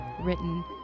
written